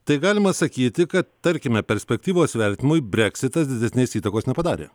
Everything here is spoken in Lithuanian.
tai galima sakyti kad tarkime perspektyvos vertinimui breksitas didesnės įtakos nepadarė